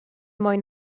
mwy